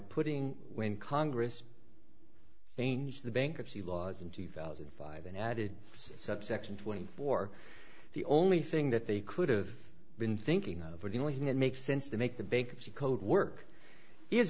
putting when congress changed the bankruptcy laws in two thousand and five and added subsection twenty four the only thing that they could've been thinking of were the only thing that makes sense to make the bankruptcy code work is